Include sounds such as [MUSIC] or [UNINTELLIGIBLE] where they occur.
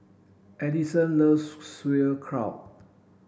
Edison loves [UNINTELLIGIBLE] Sauerkraut